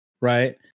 right